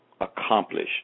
accomplish